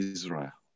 Israel